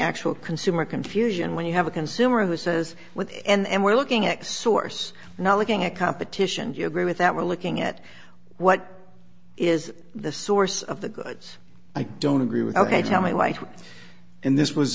actual consumer confusion when you have a consumer who says what and we're looking at source not looking at competition you agree with that we're looking at what is the source of the goods i don't agree with ok tell me light in this was